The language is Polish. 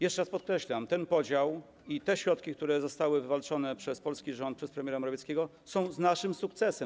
Jeszcze raz podkreślam: ten podział i te środki, które zostały wywalczone przez polski rząd, przez premiera Morawieckiego, są naszym sukcesem.